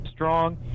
Strong